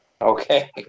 Okay